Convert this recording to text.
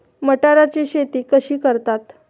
मटाराची शेती कशी करतात?